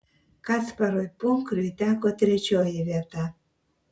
kasparui punkriui teko trečioji vieta